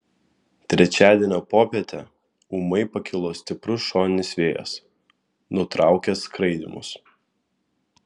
trečiadienio popietę ūmai pakilo stiprus šoninis vėjas nutraukęs skraidymus